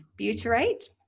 butyrate